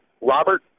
Robert